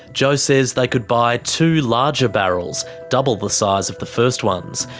jo says they could buy two larger barrels, double the size of the first ones,